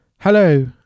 Hello